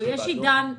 יש את תמיר עידאן.